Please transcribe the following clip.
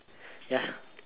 ya